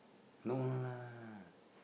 no lah